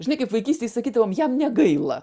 žinai kaip vaikystėj sakydavom jam negaila